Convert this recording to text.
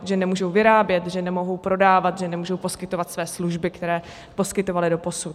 Že nemohou vyrábět, že nemohou prodávat, že nemohou poskytovat své služby, které poskytovali doposud.